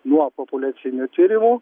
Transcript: nuo populiacinių tyrimų